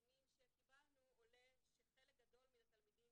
מהנתונים שקיבלנו עולה שחלק גדול מן התלמידים